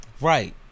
Right